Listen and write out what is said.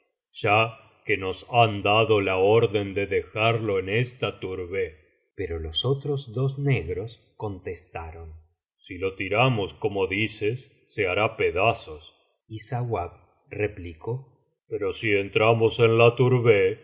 ya que nos han dado la orden de dejarlo en esta tourbeh pero los otros dos negros contestaron si lo tiramos como dicesj se hará pedazos y sauab replicó pero si entramos en la